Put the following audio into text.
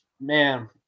man